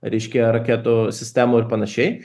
reiškia raketų sistemų ir panašiai